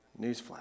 Newsflash